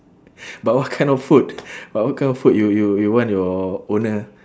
but what kind of food but what kind of food you you you want your owner